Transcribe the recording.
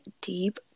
deep